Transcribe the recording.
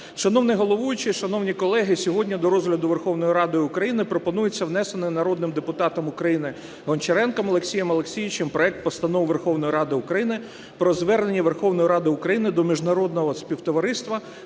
Шановний головуючий, шановні колеги, сьогодні до розгляду Верховною Радою України пропонується внесений народним депутатом України Гончаренком Олексієм Олексійовичем проект Постанови Верховної Ради України про Звернення Верховної Ради України до міжнародного співтовариства